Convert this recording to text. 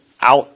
out